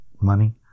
money